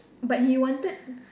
but he wanted